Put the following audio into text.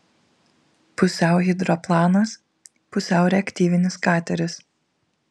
pusiau hidroplanas pusiau reaktyvinis kateris